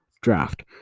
draft